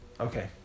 Okay